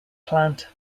plant